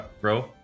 bro